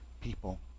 people